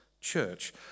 church